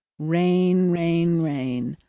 rain, rain, rain!